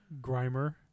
grimer